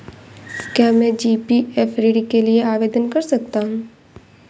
क्या मैं जी.पी.एफ ऋण के लिए आवेदन कर सकता हूँ?